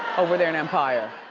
over there at empire.